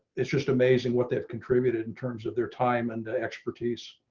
it's just amazing what they've contributed in terms of their time and expertise.